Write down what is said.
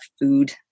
food